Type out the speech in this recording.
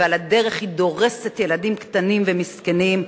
ועל הדרך היא דורסת ילדים קטנים ומסכנים.